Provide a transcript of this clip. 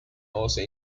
also